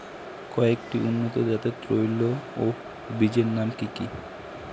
কয়েকটি উন্নত জাতের তৈল ও বীজের নাম কি কি?